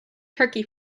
turkey